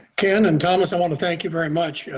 ken and thomas, i want to thank you very much.